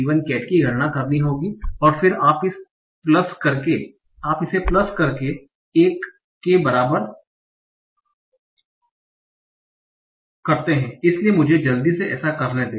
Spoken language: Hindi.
cat की गणना करनी होगी और फिर आप इसे प्लस करके 1 के बराबर करते है इसलिए मुझे जल्दी से ऐसा करने दें